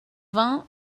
vingt